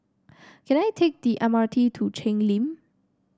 can I take the M R T to Cheng Lim